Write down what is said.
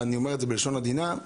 בלשון עדינה.